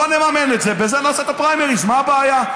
בוא נממן את זה ובזה נעשה את הפריימריז, מה הבעיה?